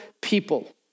people